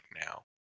now